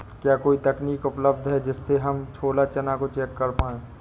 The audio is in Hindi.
क्या कोई तकनीक उपलब्ध है जिससे हम छोला चना को चेक कर पाए?